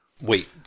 Wait